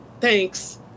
thanks